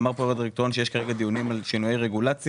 אמר פה יו"ר הדירקטוריון שיש כרגע דיונים על שינויי רגולציה.